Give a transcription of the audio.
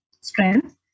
strength